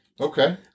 Okay